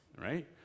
right